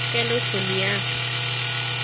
California